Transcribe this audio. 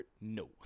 No